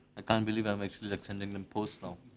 can't believe i'm actually like sending them post um